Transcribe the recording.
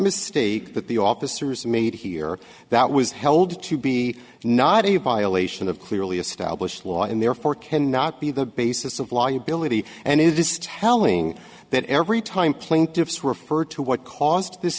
mistake that the officers made here that was held to be not a violation of clearly established law and therefore can not be the basis of liability and it is telling that every time plaintiffs refer to what caused this